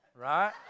right